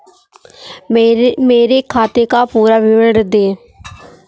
मेरे खाते का पुरा विवरण दे?